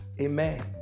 Amen